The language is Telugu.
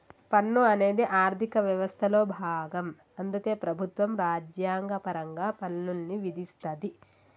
పన్ను అనేది ఆర్థిక వ్యవస్థలో భాగం అందుకే ప్రభుత్వం రాజ్యాంగపరంగా పన్నుల్ని విధిస్తది